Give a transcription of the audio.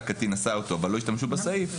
הקטין עשה אותה אבל לא השתמשו בסעיף,